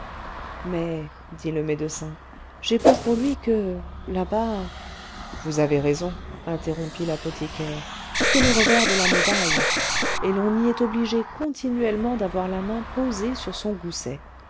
mais dit le médecin j'ai peur pour lui que là-bas vous avez raison interrompit l'apothicaire c'est le revers de la médaille et l'on y est obligé continuellement d'avoir la main posée sur son gousset